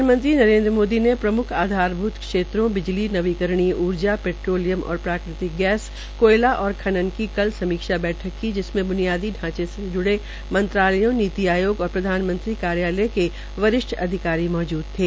प्रधानमंत्री नरेन्द्र मोदी ने प्रम्ख आधारभूत क्षेत्रों बिजली नवीकरणीय ऊर्जा पेट्रोलियम और प्राकृतिक गैस कोयला और खनन की कल समीक्षा बैठक में जिसमे ब्नियादी ढांचे ज्ड़े नीति आयोग और प्रधानमंत्री के वरिष्ठ अधिकारी मौजूद थे